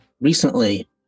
Recently